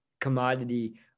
commodity